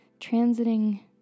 transiting